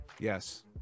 Yes